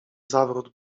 zawrót